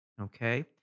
Okay